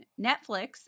Netflix